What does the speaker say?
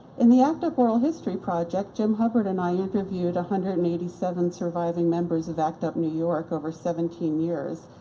in the act up oral history project, jim hubbard and i interviewed one hundred and eighty seven surviving members of act up new york over seventeen years,